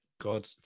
God